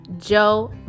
Joe